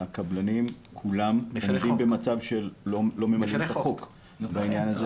הקבלנים כולם עומדים במצב של לא ממלאים את החוק בעניין הזה.